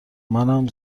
منم